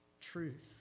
truth